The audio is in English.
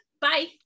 bye